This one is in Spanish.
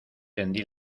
tendí